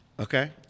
Okay